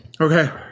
Okay